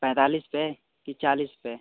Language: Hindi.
पैंतालीस पर कि चालीस पर